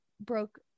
broke